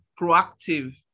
proactive